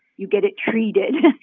you get it treated,